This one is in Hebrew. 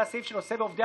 חברי